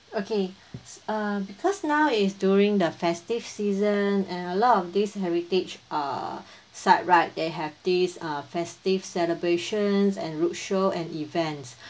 okay um because now is during the festive season and a lot of these heritage uh site right they have these uh festive celebrations and roadshow and events